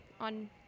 on